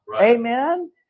Amen